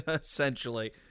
essentially